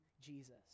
jesus